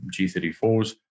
G34s